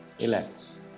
relax